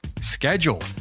schedule